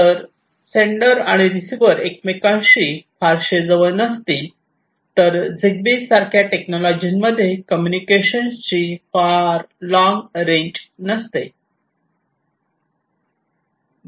जर सेंडर आणि रिसीव्हर एकमेकांशी फारसे जवळ नसतील तर झिग्बी सारख्या टेक्नॉलॉजी मध्ये कम्युनिकेशनची फार लॉंग रेंज नसते